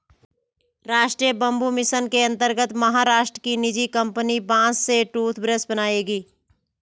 राष्ट्रीय bamboo mission के अंतर्गत महाराष्ट्र की निजी कंपनी बांस से टूथब्रश बनाएगी